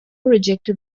rejected